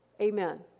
Amen